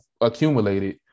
accumulated